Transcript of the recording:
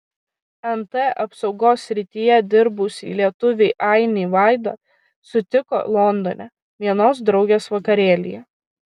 nt apsaugos srityje dirbusį lietuvį ainį vaida sutiko londone vienos draugės vakarėlyje